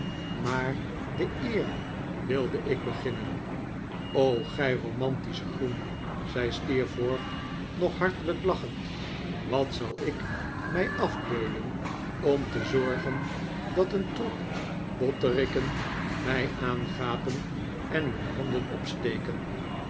maar de eer wilde ik beginnen gij romantische groen zei steerforth nog hartelijk lachend wat zal ik mij afbeulen qm te zorgen dat een troep botterikken mij aangapen en hun handen opsteken